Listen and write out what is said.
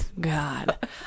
God